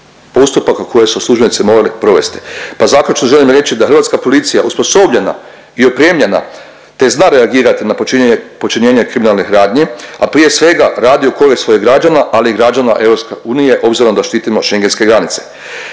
postupaka koje su službenici morali provesti pa zaključno želim reći da hrvatska policija osposobljena i opremljena te zna reagirati na počinjenje kriminalnih radnji, a prije svega, radi u korist svojih građana, ali i građana EU obzirom da štitimo šengenske granice.